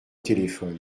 téléphone